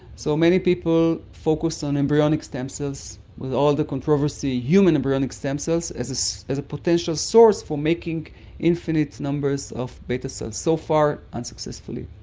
so, many people focused on embryonic stem cells, with all the controversy, human embryonic stem cells as as a potential source for making infinite numbers of beta cells, so far unsuccessfully.